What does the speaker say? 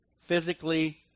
physically